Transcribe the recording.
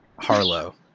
Harlow